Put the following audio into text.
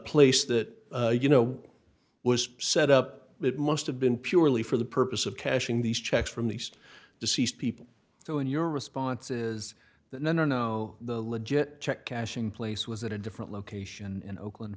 place that you know was set up it must have been purely for the purpose of cashing these checks from these deceased people so in your responses that men are now the legit check cashing place was at a different location in oakland